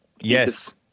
yes